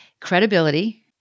Credibility